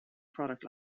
product